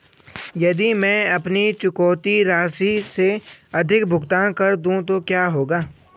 यदि मैं अपनी चुकौती राशि से अधिक भुगतान कर दूं तो क्या होगा?